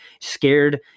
scared